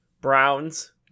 Browns